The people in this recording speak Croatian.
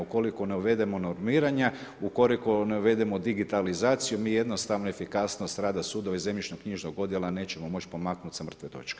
Ukoliko ne uvedemo normiranja, ukoliko ne uvedemo digitalizaciju, mi jednostavno efikasnost rada sudova i zemljišno-knjižnog odjela nećemo moći pomaknuti sa mrtve točke.